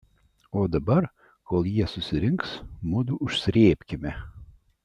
o dabar kol jie susirinks mudu užsrėbkime